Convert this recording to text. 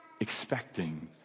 expecting